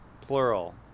Plural